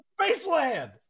Spaceland